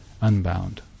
unbound